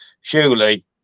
surely